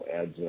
adds